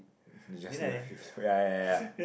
they just love you ya ya ya ya